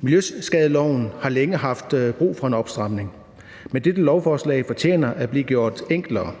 Miljøskadeloven har længe haft brug for en opstramning, men dette lovforslag fortjener at blive gjort enklere.